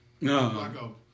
No